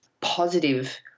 positive